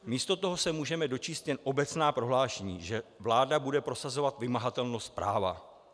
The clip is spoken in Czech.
Místo toho se můžeme dočíst jen obecná prohlášení, že vláda bude prosazovat vymahatelnost práva.